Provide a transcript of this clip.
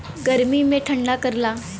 गर्मी मे ठंडा करला